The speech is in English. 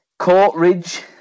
Courtridge